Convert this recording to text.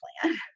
plan